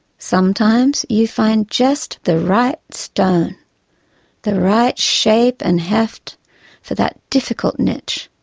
sometimes, you find just the right stone the right shape and heft for that difficult niche,